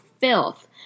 filth